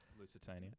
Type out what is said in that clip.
Lusitania